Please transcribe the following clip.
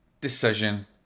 decision